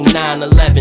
9-11